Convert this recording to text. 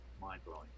mind-blowing